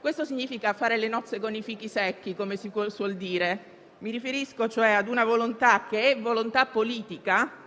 Questo significa fare le nozze con i fichi secchi, come si suol dire: mi riferisco cioè ad una volontà che è volontà politica,